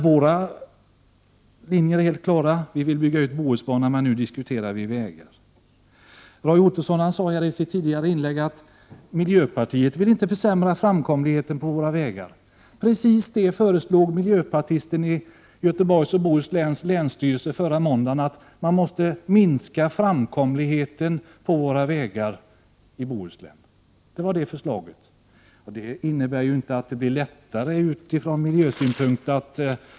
Vår linje är helt klar: vi vill bygga ut Bohusbaran, men nu diskuterar vi vägar. Roy Ottosson sade i sitt tidigare inlägg att miljöpartiet inte vill försämra framkomligheten på våra vägar. Men det var precis vad miljöpartisten i Göteborgs och Bohusläns länsstyrelse föreslog förra måndagen. Han sade att man måste minska framkomligheten på våra vägar i Bohuslän. Det var hans förslag, och det innebär ju inte några lättnader från miljösynpunkt.